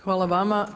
Hvala vama.